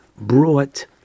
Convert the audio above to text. brought